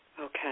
Okay